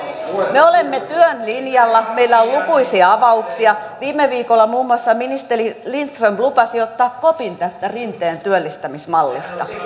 me olemme työn linjalla meillä on lukuisia avauksia viime viikolla muun muassa ministeri lindström lupasi ottaa kopin tästä rinteen työllistämismallista